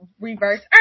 reverse